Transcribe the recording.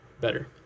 better